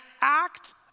act